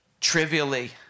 trivially